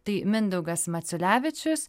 tai mindaugas maciulevičius